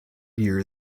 year